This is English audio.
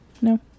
No